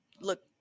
look